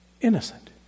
innocent